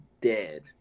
dead